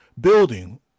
building